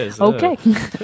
Okay